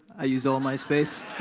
i use all my space.